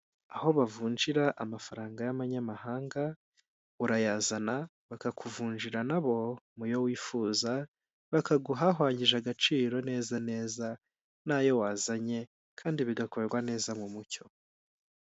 Aho bavunjira amafaranga y'amanyamahanga, urayazana bakakuvunjira nabo mu yo wifuza bakaguha ahwanyije agaciro neza neza n'ayo wazanye kandi bigakorwa neza mu mucyo.